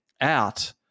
out